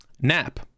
Nap